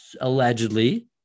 allegedly